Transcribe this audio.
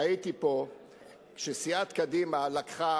הייתי פה כשסיעת קדימה לקחה